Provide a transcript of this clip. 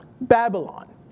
Babylon